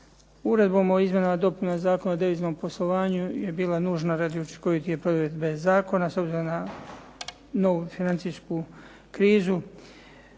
Uredba o izmjenama i dopunama Zakona o deviznom poslovanju je bila nužna radi učinkovitije provedbe zakona s obzirom na novu financijsku krizu.